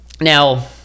Now